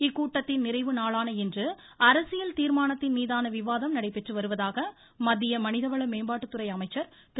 இக்கூட்டத்தின் நிறைவு நாளான இன்று அரசியல் தீர்மானத்தின் மீதான விவாதம் நடைபெற்று வருவதாக மத்திய மனிதவள மேம்பாட்டுத்துறை அமைச்சர் திரு